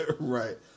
Right